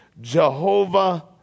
Jehovah